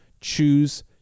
choose